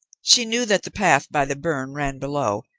she knew that the path by the burn ran below,